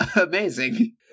Amazing